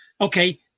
okay